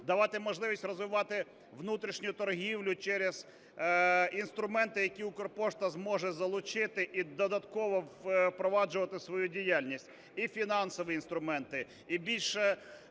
давати можливість розвивати внутрішню торгівлю через інструменти, які Укрпошта зможе залучити і додатково впроваджувати свою діяльність, і в фінансові інструменти, і більше